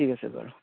ঠিক আছে বাৰু